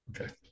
Okay